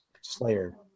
Slayer